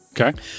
Okay